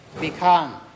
become